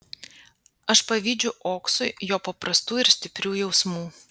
aš pavydžiu oksui jo paprastų ir stiprių jausmų